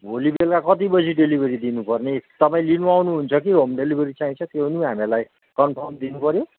भोलि बेलुका कति बजी डेलिभरी दिनुपर्ने तपाईँ लिनु आउनुहुन्छ कि होम डेलिभरी चाहिन्छ त्यो पनि हामीलाई कन्फर्म दिनुपर्यो